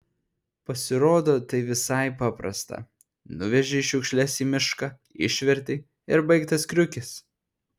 pasirodo tai visai paprasta nuvežei šiukšles į mišką išvertei ir baigtas kriukis